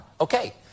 Okay